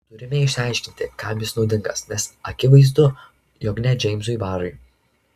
turime išsiaiškinti kam jis naudingas nes akivaizdu jog ne džeimsui barui